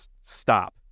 stop